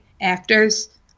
actors